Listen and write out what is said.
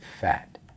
fat